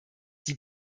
die